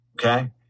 Okay